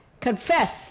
Confess